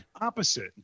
Opposite